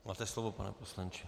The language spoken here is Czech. Máte slovo, pane poslanče.